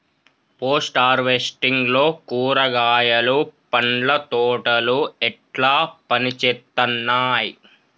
Post harvesting లో కూరగాయలు పండ్ల తోటలు ఎట్లా పనిచేత్తనయ్?